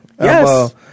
Yes